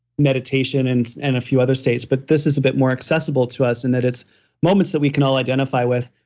meditation and and a few other states, but this is a bit more accessible to us. and that it's moments that we can all identify with.